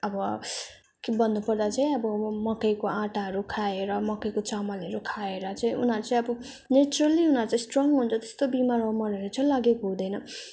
अब के भन्नु पर्दा चाहिँ अब म मकैको आँटाहरू खाएर मकैको चामलहरू खाएर चाहिँ उनीहरू चाहिँ अब नेचरल्ली उनीहरू चाहिँ स्ट्रङ हुन्छ त्यस्तो बिमार सिमारहरू चाहिँ लागेको हुँदैन